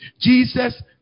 jesus